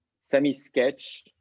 semi-sketch